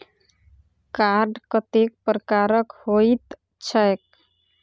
Card कतेक प्रकारक होइत छैक?